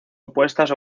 opuestas